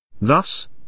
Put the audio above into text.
Thus